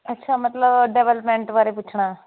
ਅੱਛਾ ਮਤਲਬ ਡਿਵਲਮੈਂਟ ਬਾਰੇ ਪੁੱਛਣਾ